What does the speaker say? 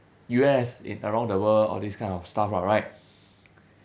U_S in around the world all this kind of stuff [what] right